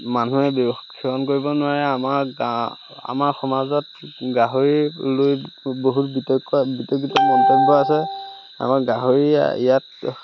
মানুহে ভক্ষণ কৰিব নোৱাৰে আমাৰ গাঁও আমাৰ সমাজত গাহৰি লৈ বহুত বিতৰ্ক বিতৰ্কিত মন্তব্য আছে আমাৰ গাহৰি ইয়াত